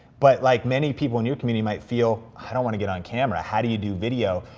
but like many people in your community might feel, i don't wanna get on camera, how do you do video?